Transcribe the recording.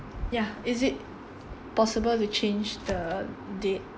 ya is it possible to change the date